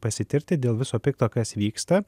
pasitirti dėl viso pikto kas vyksta